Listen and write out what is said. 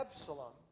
Absalom